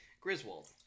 Griswold